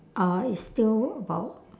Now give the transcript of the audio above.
uh it's still about